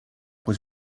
was